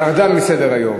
ירדה מסדר-היום.